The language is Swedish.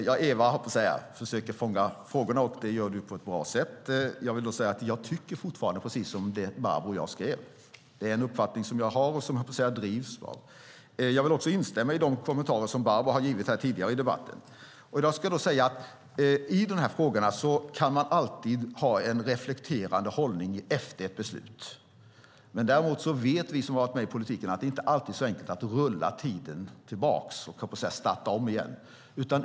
Herr talman! Eva försöker fånga frågorna, och det gör du på ett bra sätt. Jag vill säga att jag fortfarande tycker precis som Barbro och jag skrev. Det är en uppfattning som jag har och drivs av. Jag vill också instämma i de kommentarer som Barbro har givit tidigare i debatten. I de här frågorna kan man alltid ha en reflekterande hållning efter ett beslut. Däremot vet vi som har varit med i politiken att det inte alltid är så enkelt att rulla tillbaka tiden och så att säga starta om igen.